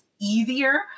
easier